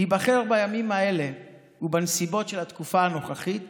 להיבחר בימים האלה ובנסיבות של התקופה הנוכחית